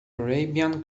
arabian